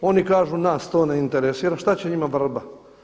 Oni kažu: nas to ne interesira, šta će njima vrba.